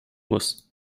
muss